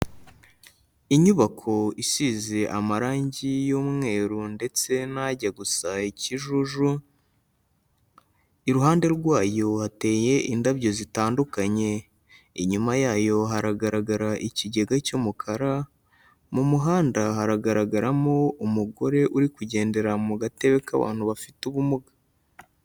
Inyubako isize amarangi y'umweru ndetse n'ajya gusaya ikijuju, iruhande rwayo hateye indabyo zitandukanye, inyuma yayo haragaragara ikigega cy'umukara, mu muhanda haragaragaramo umugore uri kugendera mu gatebe k'abantu bafite ubumuga.